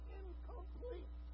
incomplete